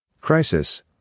Crisis